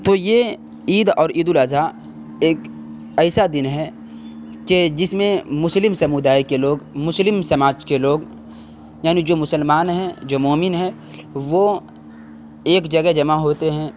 تو یہ عید اور عید الاضحیٰ ایک ایسا دن ہے کہ جس میں مسلم سمدائے کے لوگ مسلم سماج کے لوگ یعنی جو مسلمان ہیں جو مومن ہیں وہ ایک جگہ جمع ہوتے ہیں